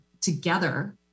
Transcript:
together